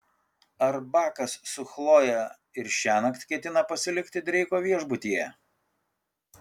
ar bakas su chloje ir šiąnakt ketina pasilikti dreiko viešbutyje